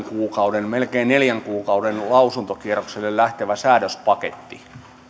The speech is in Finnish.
kuukauden melkein neljän kuukauden lausuntokierrokselle lähtevä säädöspaketti